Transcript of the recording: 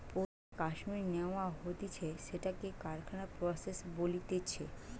পশুর থেকে কাশ্মীর ন্যাওয়া হতিছে সেটাকে কারখানায় প্রসেস বলতিছে